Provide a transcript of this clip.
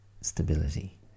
stability